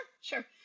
Sure